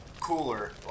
cooler